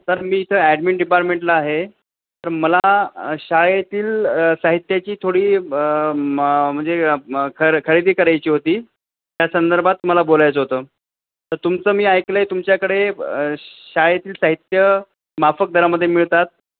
तर मी इथं ॲडमिन डिपारमेंटला आहे तर मला शाळेतील साहित्याची थोडी ब मं म्हणजे खर खरेदी करायची होती त्या संदर्भात मला बोलायचं होतं तर तुमचं मी ऐकलं आहे तुमच्याकडे शाळेतील साहित्य माफक दरामध्ये मिळतात